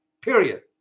period